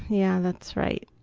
yeah, that's right.